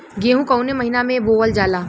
गेहूँ कवने महीना में बोवल जाला?